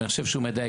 ואני חושב שהוא מדייק,